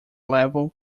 level